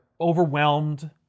overwhelmed